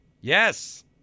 Yes